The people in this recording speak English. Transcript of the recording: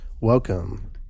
Welcome